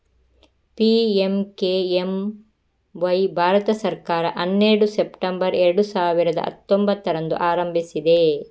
PMKMY Bharat ಸರ್ಕಾರ ಹನ್ನೆರಡು September ಎರಡು ಸಾವಿರದ ಹತ್ತೊಂಭತ್ತರಂದು ಆರಂಭಿಸಿದೆ